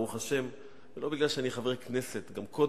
ברוך השם, ולא בגלל שאני חבר כנסת, גם קודם,